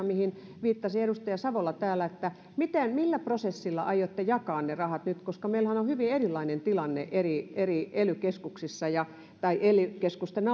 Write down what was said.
mihin viittasi edustaja savola täällä millä prosessilla aiotte jakaa ne rahat nyt meillähän on hyvin erilainen tilanne eri eri ely keskuksissa tai ely keskusten